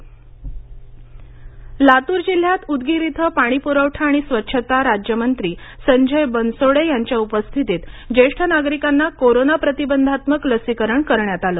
संजय बनसोडे लातर लातूर जिल्ह्यात उदगीर इथे पाणीपूरवठा आणि स्वच्छता राज्यमंत्री संजय बनसोडे यांच्या उपस्थितीत ज्येष्ठ नागरिकांना कोरोना प्रतिबंधात्मक लसीकरण करण्यात आलं